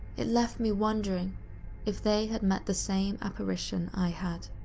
it left me wondering if they had met the same apparition i had.